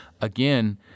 Again